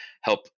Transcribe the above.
help